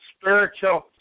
spiritual